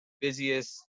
busiest